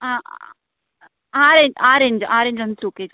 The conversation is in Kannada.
ಆಂ ಆರೆಂಜ್ ಆರೆಂಜ್ ಆರೆಂಜ್ ಒಂದು ಟೂ ಕೆ ಜಿ